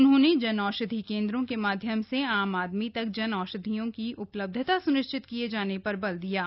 उन्होंने जन औषधि केन्द्रों के माध्यम से आम आदमी तक जन औषधियों की उपलब्धता सुनिश्चित किये जाने पर बल दिया है